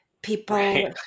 People